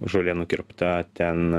žolė nukirpta ten